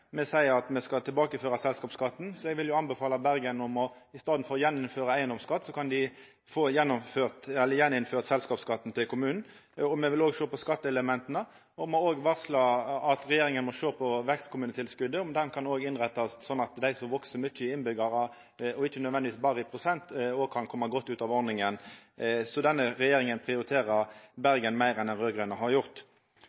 Me seier at me skal tilbakeføra selskapsskatten, så eg vil anbefala Bergen i staden for å gjeninnføra eigedomsskatt, å sjå på moglegheita for å gjeninnføra selskapsskatten til kommunen. Me vil sjå på skatteelementa, og me har òg varsla at regjeringa må sjå på vekstkommunetilskotet, om det kan innrettast slik at dei som veks mykje i innbyggjartal, og ikkje nødvendigvis berre i prosent, òg kan koma godt ut av ordninga. Så denne regjeringa prioriterer